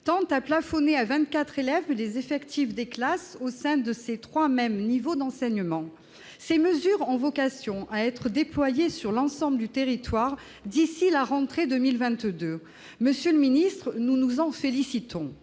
tend à plafonner à 24 élèves des effectifs des classes au sein de ces 3 mêmes niveaux d'enseignement, ces mesures ont vocation à être déployés sur l'ensemble du territoire d'ici la rentrée 2022, monsieur le ministre, nous nous en félicitons